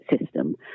system